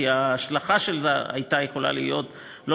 כי ההשלכה שלה הייתה יכולה להיות לא